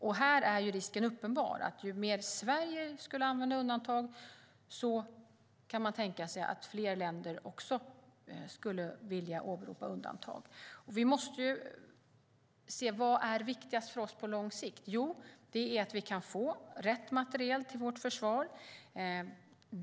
Risken är uppenbar för att ju mer Sverige tillämpar undantag, desto fler länder kommer att åberopa undantag. Vad är viktigast för oss på lång sikt? Jo, det är att vi kan få rätt materiel till vårt försvar.